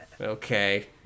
Okay